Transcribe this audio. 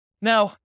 Now